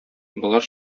болар